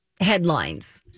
headlines